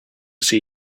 see